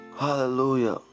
hallelujah